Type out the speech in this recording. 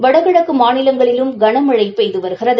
வடகிழக்கு மாநிலங்களிலும் கன மழை பெய்து வருகிறது